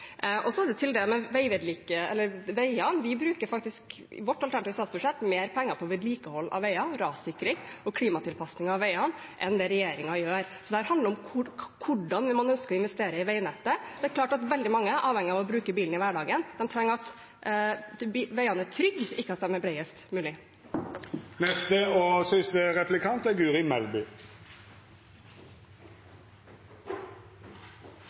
Og til veiene: Vi bruker faktisk i vårt alternative statsbudsjett mer penger på vedlikehold av veier, rassikring og klimatilpasninger av veiene enn det regjeringen gjør. Dette handler om hvordan man ønsker å investere i veinettet. Det er klart at veldig mange er avhengige av å bruke bil i hverdagen. De trenger at veiene er trygge, ikke at de er bredest mulig. I talen sin var representanten Bastholm inne på hvor viktig oljepolitikken er